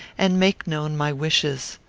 and make known my wishes.